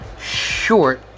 short